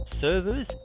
servers